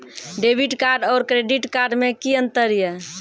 Debit card और credit card मे कि अंतर या?